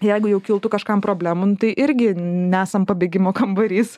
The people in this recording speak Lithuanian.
jeigu jau kiltų kažkam problemų nu tai irgi nesam pabėgimo kambarys